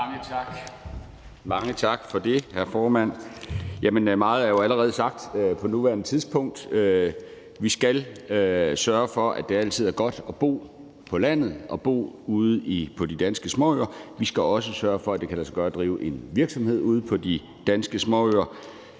Mange tak for det, hr. formand. Meget er jo allerede sagt på nuværende tidspunkt. Vi skal sørge for, at det altid er godt at bo på landet og bo ude på de danske småøer. Vi skal også sørge for, at det kan lade sig gøre at drive en virksomhed ude på de danske småøer.